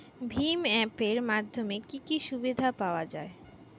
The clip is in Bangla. ভিম অ্যাপ এর মাধ্যমে কি কি সুবিধা পাওয়া যায়?